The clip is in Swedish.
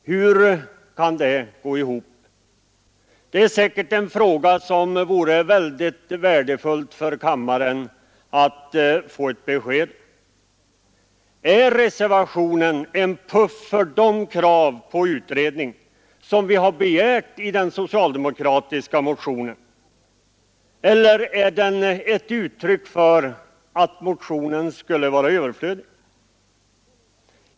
Hur kan det gå ihop? Det är en fråga som det vore mycket värdefullt för kammarens ledamöter att få ett svar på. Är reservationen en puff för de krav på utredning som vi har ställt i den socialdemokratiska motionen, eller är den ett uttryck för att man anser motionen vara överflödig?